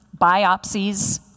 biopsies